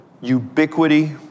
Ubiquity